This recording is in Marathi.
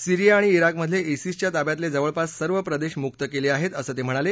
सीरिया आणि िरोकमधले सिसच्या ताब्यातले जवळपास सर्व प्रदेश मुक्त केले आहेत असं ते म्हणाले